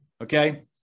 okay